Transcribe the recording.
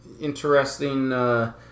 interesting